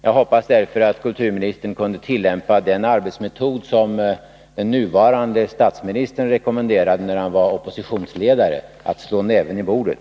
Jag hoppas därför att kulturministern kan tillämpa den arbetsmetod som nuvarande statsministern rekommenderade när han var oppositionsledare: att slå näven i bordet.